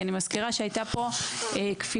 כי אני מזכירה שהיתה פה כפילות,